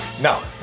No